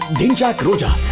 dhinchak roja.